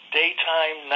daytime